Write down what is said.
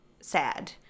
sad